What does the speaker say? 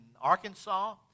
Arkansas